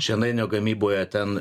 šienainio gamyboje ten